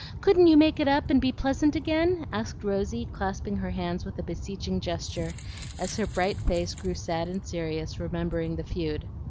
couldn't you make it up, and be pleasant again? asked rosy, clasping her hands with a beseeching gesture as her bright face grew sad and serious remembering the feud.